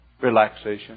relaxation